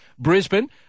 Brisbane